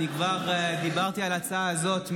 אני כבר דיברתי על ההצעה הזאת מהפודיום.